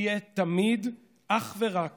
ותהיה תמיד אך ורק